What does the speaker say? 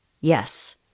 Yes